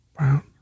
Brown